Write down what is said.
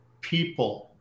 people